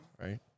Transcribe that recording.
right